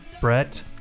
Brett